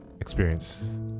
Experience